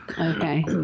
okay